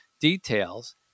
details